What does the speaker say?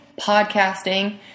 podcasting